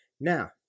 Now